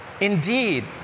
Indeed